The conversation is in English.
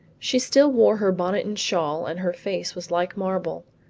she still wore her bonnet and shawl and her face was like marble.